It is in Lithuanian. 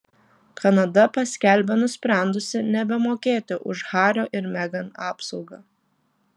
kanada paskelbė nusprendusi nebemokėti už hario ir megan apsaugą